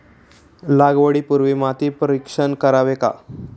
लागवडी पूर्वी माती परीक्षण करावे का?